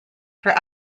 for